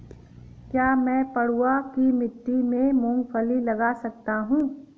क्या मैं पडुआ की मिट्टी में मूँगफली लगा सकता हूँ?